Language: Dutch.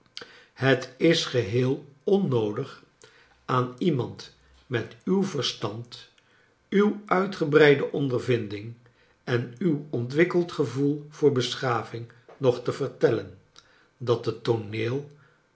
het is geheel onnoodig aan iemand met uw verstand uw uitgebreide ondervinding en uw ontwikkeld gevoel voor beschaving nog te vertellen dat het tooneel